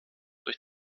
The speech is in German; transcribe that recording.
durch